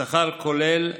שכר כולל